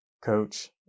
Coach